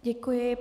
Děkuji.